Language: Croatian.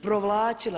Provlačila.